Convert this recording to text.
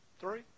Three